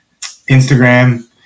Instagram